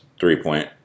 three-point